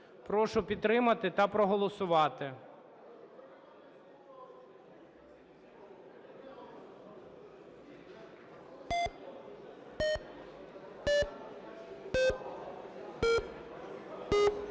Прошу підтримати та проголосувати.